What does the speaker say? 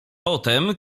potem